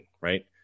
right